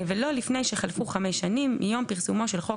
ולא לפני שחלפו חמש שנים מיום פרסומו של חוק